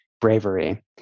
bravery